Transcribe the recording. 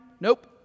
Nope